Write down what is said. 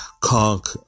conk